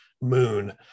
moon